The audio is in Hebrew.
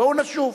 בואו נשוב.